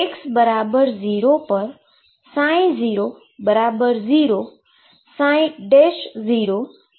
તેથી x 0 પર 00 0 જે કોન્સટન્ટ બરાબર થશે